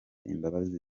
imbabazi